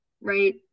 right